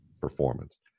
performance